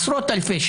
עשרות אלפי משפחות,